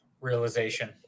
realization